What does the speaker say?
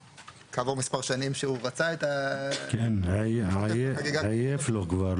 כעבור מספר שנים שהוא רצה את זה --- עייף לו כבר,